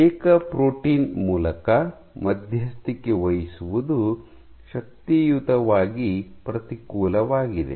ಏಕ ಪ್ರೋಟೀನ್ ಮೂಲಕ ಮಧ್ಯಸ್ಥಿಕೆ ವಹಿಸುವುದು ಶಕ್ತಿಯುತವಾಗಿ ಪ್ರತಿಕೂಲವಾಗಿದೆ